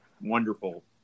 wonderful